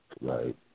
right